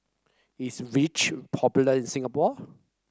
is Vichy popular in Singapore